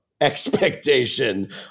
expectation